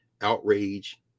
outrage